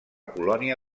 colònia